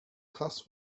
class